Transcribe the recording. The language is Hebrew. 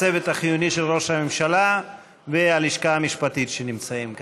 הצוות החיוני של ראש הממשלה והלשכה המשפטית שנמצאים כאן.